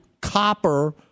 copper